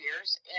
years